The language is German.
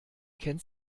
kennt